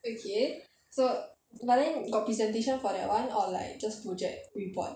okay so but then got presentation for that [one] or like just project report